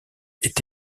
est